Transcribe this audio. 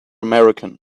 american